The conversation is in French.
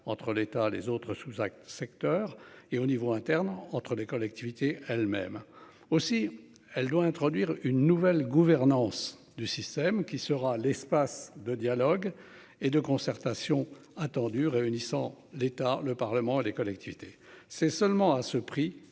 entre l'État, les autres sous secteur et au niveau interne entre les collectivités elles-mêmes aussi elle doit introduire une nouvelle gouvernance du système qui sera l'espace de dialogue et de concertation attendu réunissant l'État le Parlement les collectivités. C'est seulement à ce prix